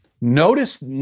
Notice